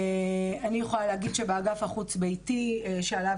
אני יכולה להגיד שבאגף החוץ ביתי שעליו